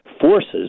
forces